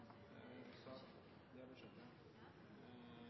ein får det ein er